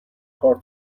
کار